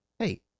Hey